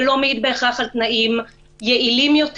זה לא מעיד בהכרח על תנאים יעילים יותר.